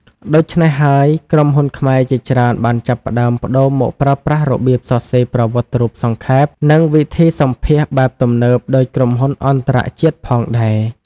ដូច្នេះហើយ ក្រុមហ៊ុនខ្មែរជាច្រើនបានចាប់ផ្ដើមប្ដូរមកប្រើប្រាស់របៀបសរសេរប្រវត្តិរូបសង្ខេប និងវិធីសម្ភាសន៍បែបទំនើបដូចក្រុមហ៊ុនអន្តរជាតិផងដែរ។